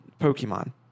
Pokemon